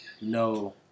No